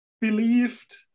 believed